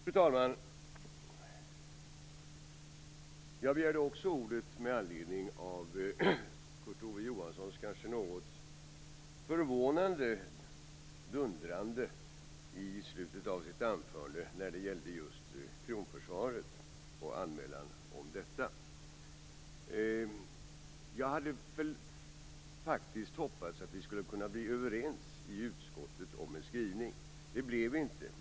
Fru talman! Också jag begärde ordet med anledning av det kanske något förvånande dundrandet i slutet av Kurt Ove Johanssons anförande just när det gällde anmälningen om kronförsvaret. Jag hade faktiskt hoppats att vi skulle komma överens i utskottet om en skrivning. Det blev vi inte.